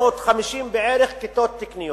בערך 650 כיתות תקניות.